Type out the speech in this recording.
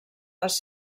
les